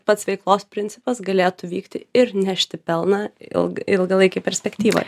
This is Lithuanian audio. pats veiklos principas galėtų vykti ir nešti pelną ilg ilgalaikėj perspektyvoj